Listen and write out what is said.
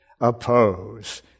oppose